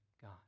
God